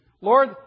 Lord